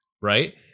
right